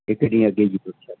हिकु ॾींहं अॻिजी